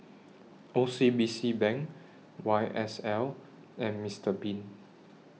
O C B C Bank Y S L and Mister Bean